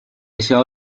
撤销